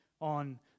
on